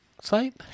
site